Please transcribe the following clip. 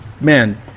man